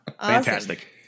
fantastic